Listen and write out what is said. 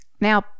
Now